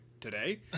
Today